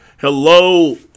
Hello